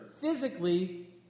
physically